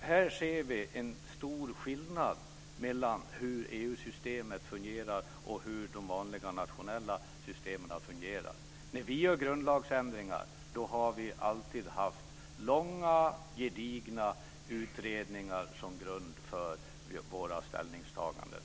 Här ser vi en stor skillnad mellan hur EU-systemet fungerar och hur de vanliga nationella systemen fungerar. När vi gör grundlagsändringar har vi alltid haft långa gedigna utredningar som grund för våra ställningstaganden.